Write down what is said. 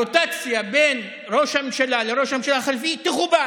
הרוטציה בין ראש הממשלה לראש הממשלה החליפי תכובד.